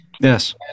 Yes